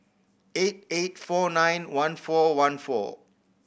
eight eight four nine one four one four